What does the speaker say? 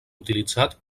utilitzat